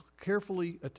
carefully